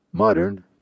Modern